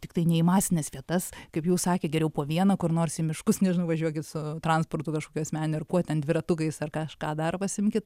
tiktai ne į masines vietas kaip jau sakė geriau po vieną kur nors į miškus nežinau važiuokit su transportu kažkokiu asmeniniu ar kuo ten dviratukais ar kažką dar pasiimkit